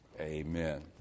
amen